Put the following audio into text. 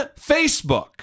Facebook